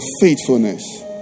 faithfulness